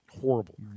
Horrible